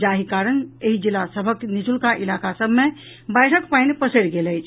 जाहि कारण एहि जिला सभक निचुलका इलाका सभ मे बाढ़िक पानि पसरि गेल अछि